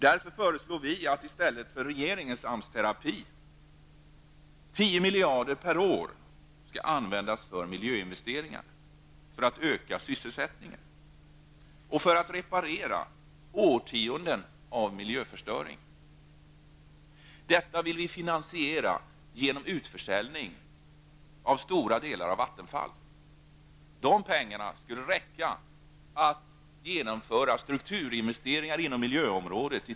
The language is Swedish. Därför föreslår vi att i stället för regeringens AMS-terapi 10 miljarder kronor per år skall användas för miljöinvesteringar för att öka sysselsättningen och för att reparera årtiondens miljöförstöring. Detta vill vi finansiera genom utförsäljning av stora delar av Vattenfall. Pengarna skulle räcka för att under tio år genomföra strukturinvesteringar inom miljöområdet.